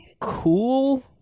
cool